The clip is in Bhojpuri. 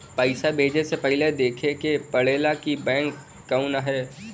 पइसा भेजे से पहिले देखे के पड़ेला कि बैंक कउन ह